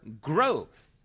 growth